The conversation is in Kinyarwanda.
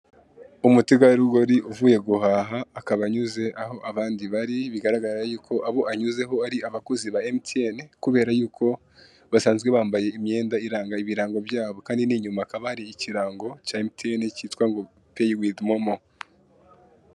Umutegarugori uvuye guhaha akaba anyuze aho abandi bari bigaragara yuko abo anyuzeho ari abakozi ba emutiyeni kubera yuko basanzwe bambaye imyenda iranga ibirango byabo kandi n'inyuma hakaba hari ikirango cya emutiyeni kitwa ngo peyi wivu momo.